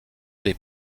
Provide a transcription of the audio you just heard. des